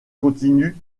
continue